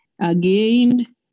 Again